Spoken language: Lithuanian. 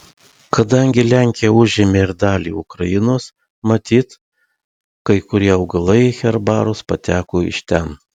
kadangi lenkija užėmė ir dalį ukrainos matyt kai kurie augalai į herbarus pateko iš ten